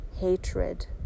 hatred